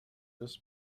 this